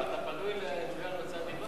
אתה, לתביעה להוצאת דיבה.